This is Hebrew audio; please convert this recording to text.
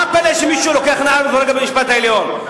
מה הפלא שמישהו לוקח נעל וזורק על בית-המשפט העליון?